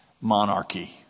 monarchy